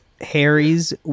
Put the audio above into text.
Harry's